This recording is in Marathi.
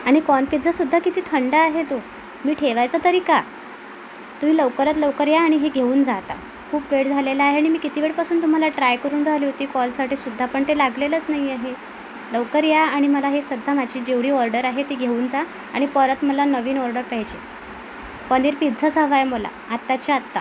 आणि कॉर्न पिझ्झा सुध्दा किती थंडा आहे तो मी ठेवायचं तरी का तुम्ही लवकरात लवकर या आणि हे घेऊन जा आता खूप वेळ झालेलं आहे मी किती वेळापासून तुम्हाला ट्राय करून राहिले होती कॉलसाठी सुध्दा पण ते लागलेलच नाही आहे लवकर या आणि मला हे सध्या माझी जेवढी ऑर्डर आहे ती घेऊन जा आणि परत मला नवीन ऑर्डर पाहिजे पनीर पिझ्झाच हवा आहे मला आत्ताच्या आत्ता